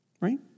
Right